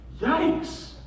yikes